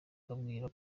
mbabwira